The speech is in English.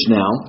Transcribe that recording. now